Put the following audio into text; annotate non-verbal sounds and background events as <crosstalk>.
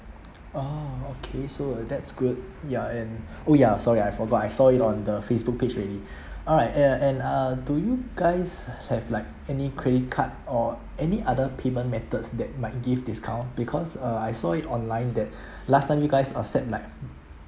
orh okay so that's good ya and oh ya sorry I forgot I saw it on the Facebook page already alright and uh do you guys have like any credit card or any other payment methods that might give discount because uh I saw it online that <breath> last time you guys accept like